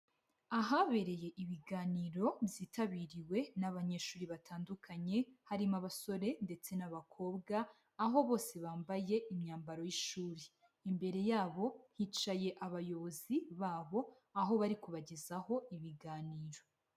Ahabereye ibiganiro byitabiriwe n'abanyeshuri batandukanye, harimo abasore ndetse n'abakobwa, aho bose bambaye imyambaro y'ishuri, imbere yabo hicaye abayobozi babo, aho bari kubagezaho ibiganiro.